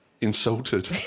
Insulted